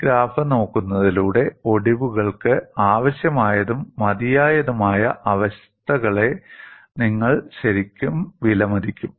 ഈ ഗ്രാഫ് നോക്കുന്നതിലൂടെ ഒടിവുകൾക്ക് ആവശ്യമായതും മതിയായതുമായ അവസ്ഥകളെ നിങ്ങൾ ശരിക്കും വിലമതിക്കും